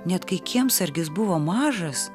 net kai kiemsargis buvo mažas